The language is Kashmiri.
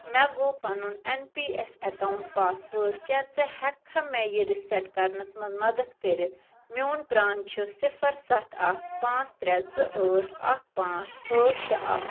مےٚ گوٚو پنُن N P S account password کیٛاہ ژٕ ہیٚکہٕ کھا مےٚ یہِ رِسیٚٹ کرنَس منٛز مدد کٔرتھ میٛون پرٛان چھُ صِفَر سَتھ اَکھ پانٛژھ ترٛےٚ زٕ ٲٹھ اَکھ پانٛژھ ٲٹھ شےٚ اَکھ